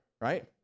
right